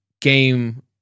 game